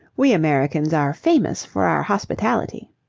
we americans are famous for our hospitality.